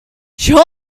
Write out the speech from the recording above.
sure